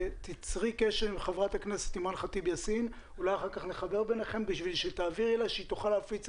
שתצרי קשר עם חברת הכנסת אימאן ח'טיב יאסין כדי שהיא תוכל להפיץ